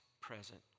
present